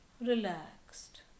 relaxed